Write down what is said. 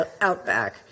Outback